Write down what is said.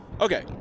okay